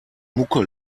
mucke